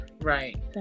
Right